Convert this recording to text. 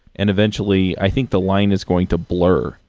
and eventually, i think the line is going to blur.